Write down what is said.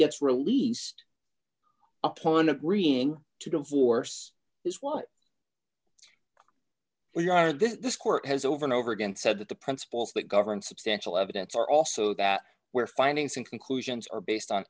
gets released upon agreeing to divorce is what we are and this court has over and over again said that the principles that govern substantial evidence are also that where findings and conclusions are based on